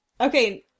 Okay